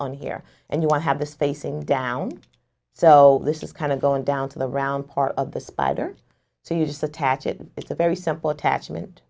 on here and you want to have this facing down so this is kind of going down to the round part of the spider so you just attach it it's a very simple attachment